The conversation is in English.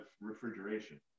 refrigeration